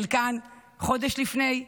חלקם חודש לפני,